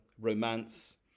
romance